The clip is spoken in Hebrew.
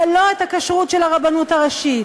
ולא את הכשרות של הרבנות הראשית.